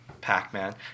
Pac-Man